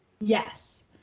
Yes